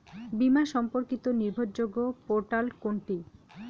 বীমা সম্পর্কিত নির্ভরযোগ্য পোর্টাল কোনটি?